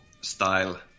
style